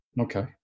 Okay